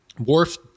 Worf